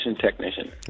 technician